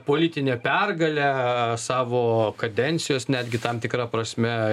politine pergale savo kadencijos netgi tam tikra prasme